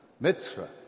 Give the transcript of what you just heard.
Mitzvah